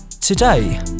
Today